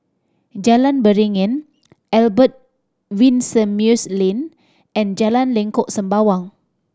Jalan Beringin Albert Winsemius Lane and Jalan Lengkok Sembawang